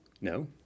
No